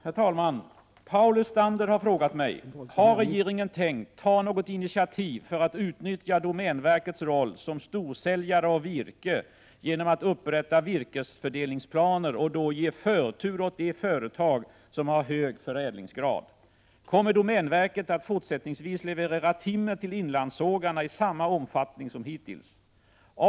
Herr talman! Paul Lestander har frågat mig 1. Har regeringen tänkt ta något initiativ för att utnyttja domänverkets roll som storsäljare av virke genom att upprätta virkesfördelningsplaner och då ge förtur åt de företag som har hög förädlingsgrad? 2. Kommer domänverket att fortsättningsvis leverera timmer till inlandssågarna i samma omfattning som hittills? 3.